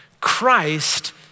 Christ